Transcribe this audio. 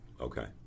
Okay